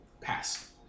Pass